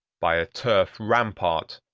by a turf rampart,